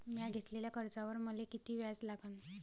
म्या घेतलेल्या कर्जावर मले किती व्याज लागन?